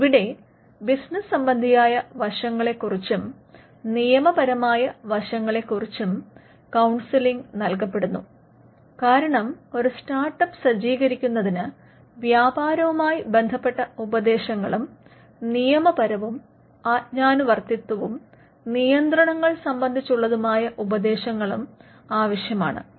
ഇവിടെ ബിസ്നസ്സ്സംബന്ധിയായ വശങ്ങളെക്കുറിച്ചും നിയമപരമായ വശങ്ങളെ ക്കുറിച്ചും കൌൺസില്ലിങ് നൽകപ്പെടുന്നു കാരണം ഒരു സ്റ്റാർട്ട് അപ്പ് സജ്ജീകരിക്കുന്നതിന് വ്യാപാരവുമായി ബന്ധപ്പെട്ട ഉപദേശങ്ങളും നിയമപരവും ആജ്ഞാനുവർത്തിത്വവും നിയന്ത്രങ്ങൾ സംബന്ധിച്ചുള്ളതുമായ ഉപദേശങ്ങളും ആവശ്യമാണ്